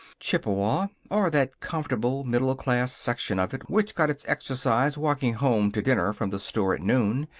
chippewa or that comfortable, middle-class section of it which got its exercise walking home to dinner from the store at noon,